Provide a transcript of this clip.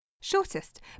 shortest